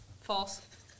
False